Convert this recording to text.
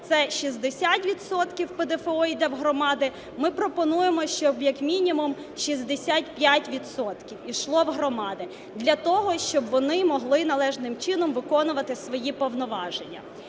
ПДФО йде в громади, ми пропонуємо, щоб як мінімум 65 відсотків йшло в громади, для того щоб вони могли належним чином виконувати свої повноваження.